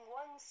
one